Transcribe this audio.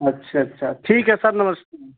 अच्छा अच्छा ठीक है सर नमस्ते